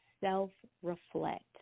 self-reflect